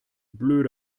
blöde